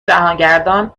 جهانگردان